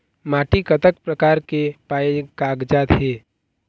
माटी कतक प्रकार के पाये कागजात हे?